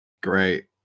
Great